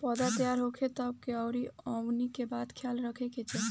पौधा तैयार होखे तक मे कउन कउन बात के ख्याल रखे के चाही?